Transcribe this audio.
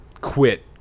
quit